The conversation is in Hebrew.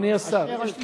אשר על כן,